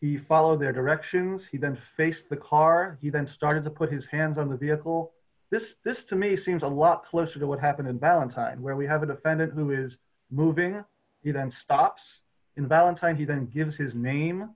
he follow their directions he then faced the car you then started to put his hands on the vehicle this this to me seems a lot closer to what happened in valentine where we have a defendant who is moving you then stops in valentine he then gives his name